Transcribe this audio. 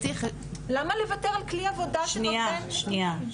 למה לוותר על כלי עבודה שנותן --- שנייה.